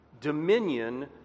dominion